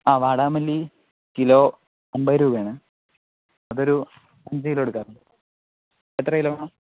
ആ വാടാമല്ലി കിലോ അൻപത് രൂപയാണ് അത് ഒരു അഞ്ച് കിലോ എടുക്കാം എത്ര കിലോ വേണം